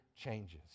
changes